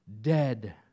Dead